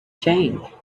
change